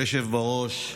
אדוני היושב-ראש,